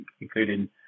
including